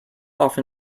often